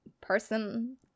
person